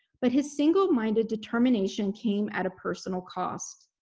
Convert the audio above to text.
but his single-minded determination came at a personal cost.